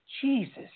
Jesus